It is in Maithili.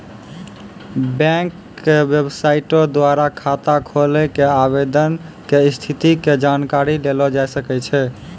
बैंक के बेबसाइटो द्वारा खाता खोलै के आवेदन के स्थिति के जानकारी लेलो जाय सकै छै